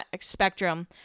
spectrum